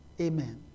Amen